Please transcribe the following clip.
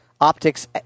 Optics